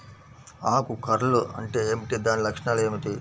ఆకు కర్ల్ అంటే ఏమిటి? దాని లక్షణాలు ఏమిటి?